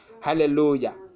Hallelujah